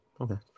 okay